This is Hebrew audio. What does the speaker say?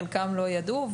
חלקם לא ידעו,